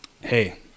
hey